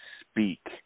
speak